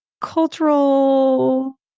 cultural